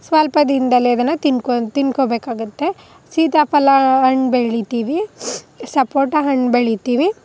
ಸ್ವಲ್ಪ ದಿನದಲ್ಲೆ ಅದನ್ನು ತಿನ್ಕೊ ತಿಂದ್ಕೊಳ್ಬೇಕಾಗುತ್ತೆ ಸೀತಾಫಲ ಹಣ್ಣು ಬೆಳಿತೀವಿ ಸಪೋಟ ಹಣ್ಣು ಬೆಳಿತೀವಿ